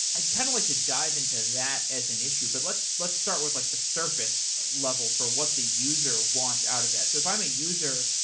i'd kind of like to dive into that as an issue, but let's let's start with like the surface level for what the user wants out of that. so if i'm a user,